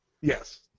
yes